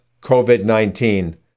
COVID-19